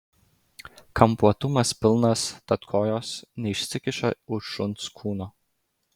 kampuotumas pilnas tad kojos neišsikiša už šuns kūno